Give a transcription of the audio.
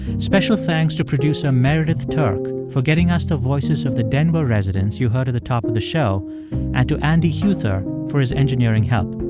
special thanks to producer meredith turk for getting us the voices of the denver residents you heard at the top of the show and to andy huether for his engineering help